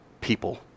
people